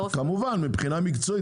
כמובן שאפשר לבדוק אותו מבחינה מקצועית,